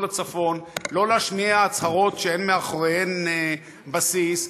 הצפון: לא להשמיע הצהרות שאין מאחוריהן בסיס,